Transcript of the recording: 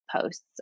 posts